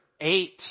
eight